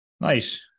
Nice